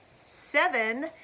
seven